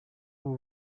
will